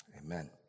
Amen